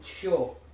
Sure